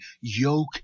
yoke